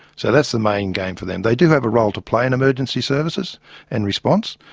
so that's the main game for them. they do have a role to play in emergency services and response,